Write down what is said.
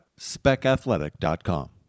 specathletic.com